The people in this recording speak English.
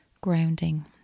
grounding